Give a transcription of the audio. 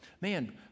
man